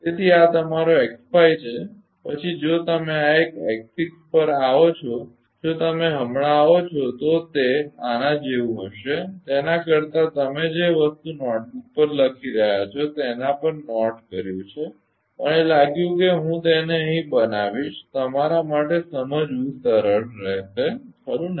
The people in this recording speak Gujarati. તેથી આ તમારો x5 છે પછી જો તમે આ એક x6 પર આવો છો જો તમે હમણાં આવો છો તો તે આના જેવું હશે તેના કરતાં તમે જે વસ્તુ નોટબુક પર લખી રહ્યાં છો તેના પર નોટ કર્યુ છે મને લાગ્યું કે હું તેને અહીં બનાવીશ તમારા માટે સમજવું સરળ રહેશે ખરુ ને